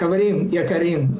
חברים יקרים,